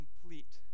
complete